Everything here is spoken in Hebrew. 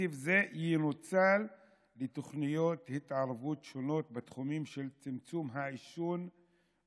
תקציב זה ינוצל לתוכניות התערבות שונות בתחומים של צמצום העישון ונזקיו,